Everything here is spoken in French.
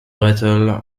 rethel